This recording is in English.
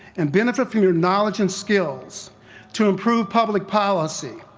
and benefit from your knowledge and skills to improve public policy,